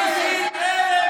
בסדר.